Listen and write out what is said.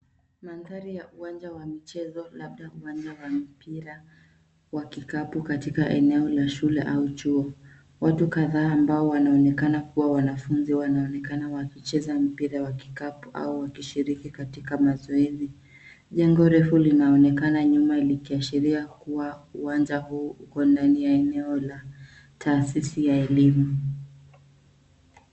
Mandhari ya uwanja wa michezo labda uwanja wa mipira wa kikapu katika eneo la shule au chuo. Watu kadhaa ambao wanaonekana kuwa wanafunzi wanaonekana wakicheza mpira wa kikapu au wakishiriki katika mazoezi. Jengo refu linaonekana nyuma likiashiria kuwa uwanja huu uko ndani ya eneo la taasisi ya elimu.